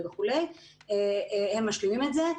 הם משלימים את זה.